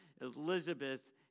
Elizabeth